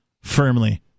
firmly